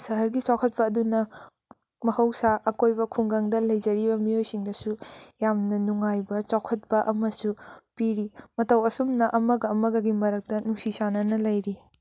ꯁꯍꯔꯒꯤ ꯆꯥꯎꯈꯠꯄ ꯑꯗꯨꯅ ꯃꯍꯧꯁꯥ ꯑꯀꯣꯏꯕ ꯈꯨꯡꯒꯪꯗ ꯂꯩꯖꯔꯤꯕ ꯃꯤꯑꯣꯏꯁꯤꯡꯗꯁꯨ ꯌꯥꯝꯅ ꯅꯨꯡꯉꯥꯏꯕ ꯆꯥꯎꯈꯠꯄ ꯑꯃꯁꯨ ꯄꯤꯔꯤ ꯃꯇꯧ ꯑꯁꯨꯝꯅ ꯑꯃꯒ ꯑꯃꯒꯒꯤ ꯃꯔꯛꯇ ꯅꯨꯡꯁꯤ ꯆꯥꯟꯅꯅ ꯂꯩꯔꯤ